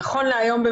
נכון להיום,